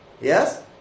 yes